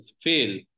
fail